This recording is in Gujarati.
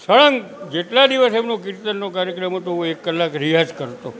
સળંગ જેટલા દિવસ એમનો કિર્તનનો કાર્યક્રમ હતો હું એક કલાક રિયાઝ કરતો